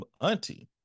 auntie